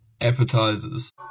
Appetizers